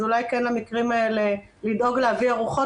אז אולי כן במקרים האלה לדאוג להביא ארוחות